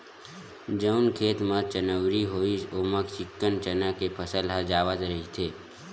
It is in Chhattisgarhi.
जउन खेत म चनउरी होइस ओमा चिक्कन चना के फसल ह जावत रहिथे